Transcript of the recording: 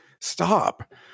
stop